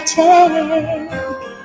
take